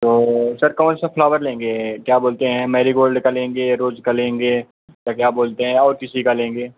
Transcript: तो सर कौन सा फ्लावर लेंगे क्या बोलते हैं मैरीगोल्ड का लेंगे या रोज़ का लेंगे या क्या बोलते हैं और किसी का लेंगे